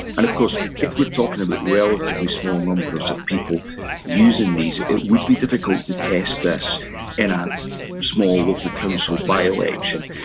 and of course if you're we're talking about relatively small numbers of people using these, it would be difficult to test this in a small local council by-election.